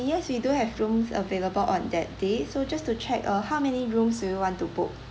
yes we do have rooms available on that day so just to check uh how many rooms do you want to book